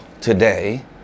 today